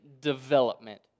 development